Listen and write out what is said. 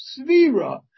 svira